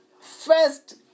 First